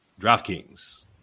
DraftKings